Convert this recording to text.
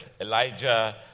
Elijah